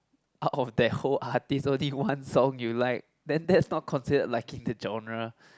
oh oh that whole artist only one song you like then that's not considered liking the genre